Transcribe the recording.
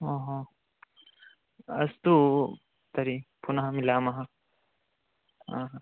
ओ हो अस्तु तर्हि पुनः मिलामः हा हा